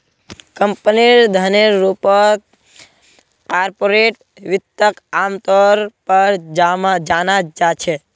कम्पनीर धनेर रूपत कार्पोरेट वित्तक आमतौर पर जाना जा छे